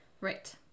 Right